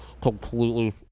completely